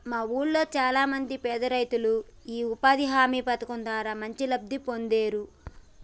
మా వూళ్ళో చానా మంది పేదరైతులు యీ ఉపాధి హామీ పథకం ద్వారా మంచి లబ్ధి పొందేరు